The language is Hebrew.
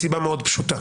מסיבה מאוד פשוטה